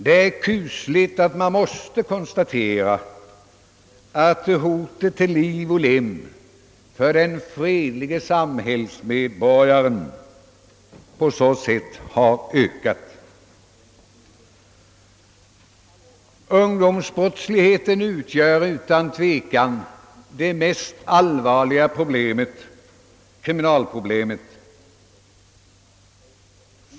Det är kusligt att man måste konstatera att hotet till liv och lem på så sätt har ökat för den fredlige samhällsmedborgaren. Ungdomsbrottsligheten utgör utan tvekan det mest allvarliga kriminalproblemet.